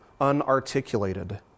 unarticulated